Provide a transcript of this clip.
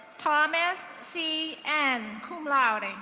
thomas c n, cum laude.